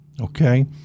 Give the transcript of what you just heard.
okay